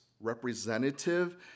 representative